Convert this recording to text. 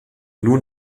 nur